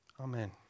Amen